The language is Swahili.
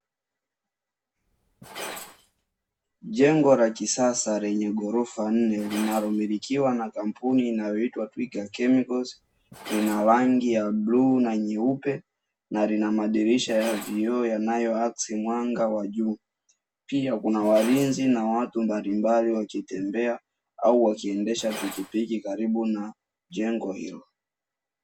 Jengo la kisasa lenye ghorofa nne linalomilikiwa na kampuni inayoitwa "Twiga chemicals" lina rangi ya bluu na nyeupe na lina madirisha ya vioo yanayoakisi mwanga wa jua, pia kuna walinzi na watu mbalimbali wakitembea au wakiendesha pikikipiki karibu na jengo hilo.